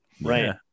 right